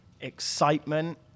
excitement